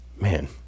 Man